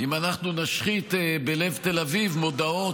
אם אנחנו נשחית בלב תל אביב מודעות